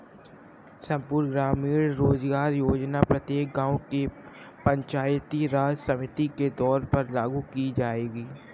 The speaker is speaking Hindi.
संपूर्ण ग्रामीण रोजगार योजना प्रत्येक गांव के पंचायती राज समिति के तौर पर लागू की जाएगी